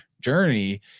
journey